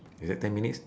is that ten minutes